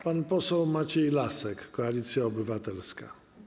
Pan poseł Maciej Lasek, Koalicja Obywatelska.